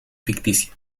ficticia